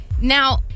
Now